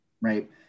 right